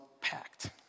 packed